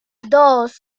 dos